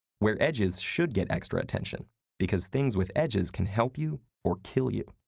where edges should get extra attention because things with edges can help you or kill you.